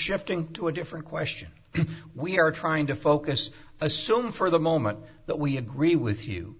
shifting to a different question we are trying to focus assuming for the moment that we agree with you